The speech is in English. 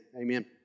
Amen